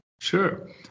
Sure